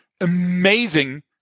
amazing